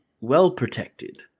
well-protected